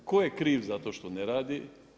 Tko je kriv zato što ne radi?